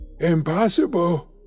Impossible